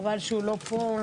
חבל שהוא לא פה.